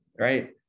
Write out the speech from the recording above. right